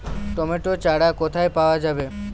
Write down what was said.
Tomato চারা কোথায় পাওয়া যাবে?